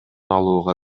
алууга